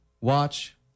watch